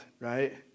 right